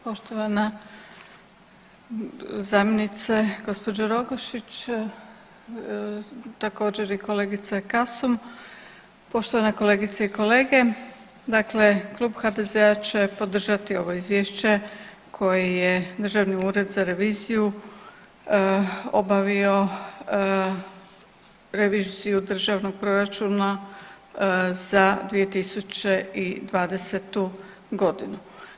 Poštovana zamjenice gospođo Rogošić također i kolegice Kasum, poštovane kolegice i kolege, dakle Klub HDZ-a će podržati ovo izvješće koje je Državni ured za reviziju obavio reviziju državnog proračuna za 2020. godinu.